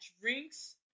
drinks